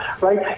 right